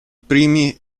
primi